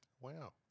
Wow